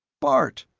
bart!